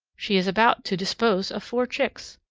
she is about to dispose of four chicks,